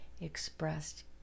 expressed